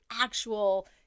actual